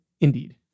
Indeed